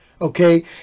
okay